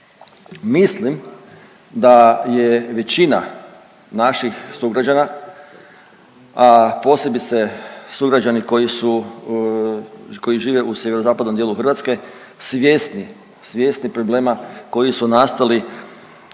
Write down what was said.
Mislim da je većina naših sugrađana, a posebice sugrađani koji su, koji žive u sjeverozapadnom dijelu Hrvatske, svjesni problema koji su nastali